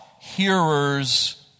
hearers